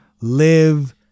Live